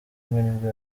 nibwo